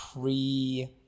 pre